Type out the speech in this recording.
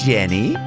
Jenny